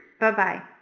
Bye-bye